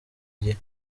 gihe